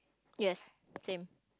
yes same